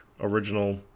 original